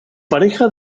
pareja